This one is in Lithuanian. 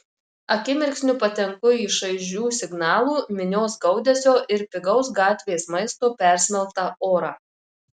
akimirksniu patenku į šaižių signalų minios gaudesio ir pigaus gatvės maisto persmelktą orą